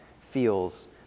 feels